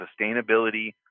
sustainability